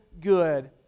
good